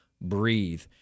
breathe